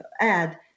add